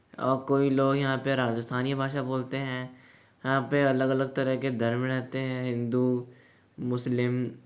और कोई लोग यहाँ पे राजस्थानी भाषा बोलते हैं यहाँ पे अलग अलग तरह के धर्म रहते हैं हिंदू मुस्लिम